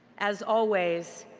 as always,